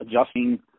Adjusting